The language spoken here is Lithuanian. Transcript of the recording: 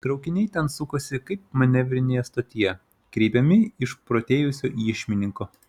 traukiniai ten sukosi kaip manevrinėje stotyje kreipiami išprotėjusio iešmininko